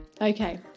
okay